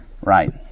right